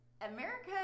America